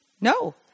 No